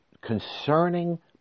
concerning